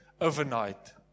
overnight